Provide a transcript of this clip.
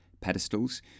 pedestals